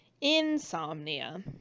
insomnia